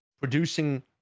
producing